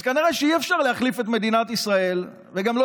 אז כנראה שאי-אפשר להחליף את מדינת ישראל וגם לא